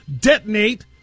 detonate